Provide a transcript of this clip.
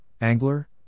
Angler